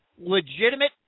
legitimate